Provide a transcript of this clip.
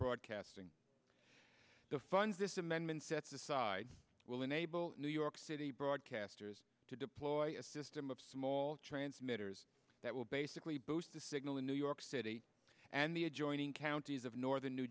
broadcasting the funds this amendment sets aside will enable new york city broadcasters to deploy a system of small transmitters that will basically boost the signal in new york city and the adjoining counties of northern new